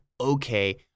okay